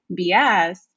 BS